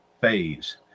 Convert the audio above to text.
Phase